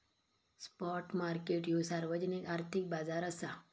spot market ह्यो सार्वजनिक आर्थिक बाजार असा